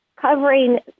covering